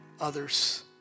others